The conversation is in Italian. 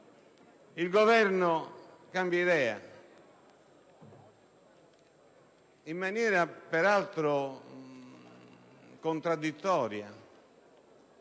il Governo cambia idea e, in maniera peraltro contraddittoria,